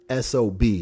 SOB